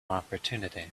opportunity